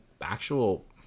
actual